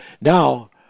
now